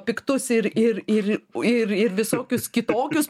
piktus ir ir ir ir ir visokius kitokius